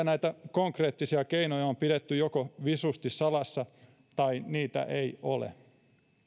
konkreettisia keinoja on vielä pidetty visusti salassa tai niitä ei ole